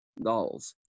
dolls